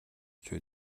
буй